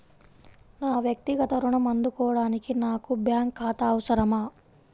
నా వక్తిగత ఋణం అందుకోడానికి నాకు బ్యాంక్ ఖాతా అవసరమా?